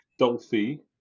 Dolphy